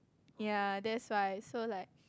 yea that's why so like